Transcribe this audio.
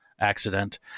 accident